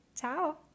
Ciao